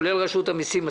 כולל רשות המסים,